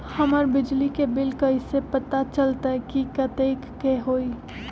हमर बिजली के बिल कैसे पता चलतै की कतेइक के होई?